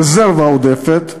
רזרבה עודפת,